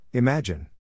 Imagine